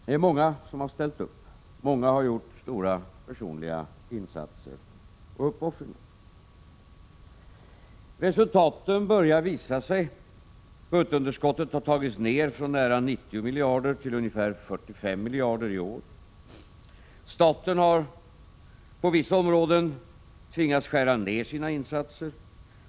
Det är många som har ställt upp och gjort stora personliga insatser och uppoffringar. Resultaten börjar visa sig. Budgetunderskottet har tagits ner från nära 90 miljarder kronor till ungefär 45 miljarder kronor i år. Staten har på vissa områden tvingats skära ned sina insatser.